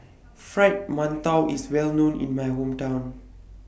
Fried mantou IS Well known in My Hometown